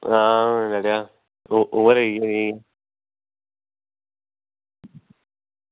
time बड़ा overage होई